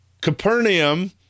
Capernaum